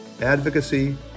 advocacy